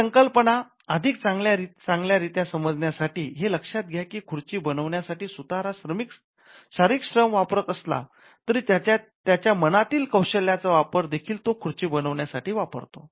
ही संकल्पना अधिक चांगल्या रित्या समजण्यासाठी हे लक्षात घ्या की खुर्ची बनविण्यासाठी सुतार हा शारीरिक श्रम वापरत असला तरी त्याच्या मनातील कौशल्याचा वापर देखील तो खुर्ची बनवण्यासाठी वापरतो